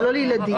"אדם"